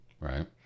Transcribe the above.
Right